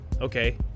Okay